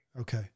Okay